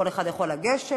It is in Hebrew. כל אחד יכול לגשת,